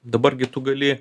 dabar gi tu gali